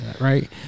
Right